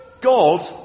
God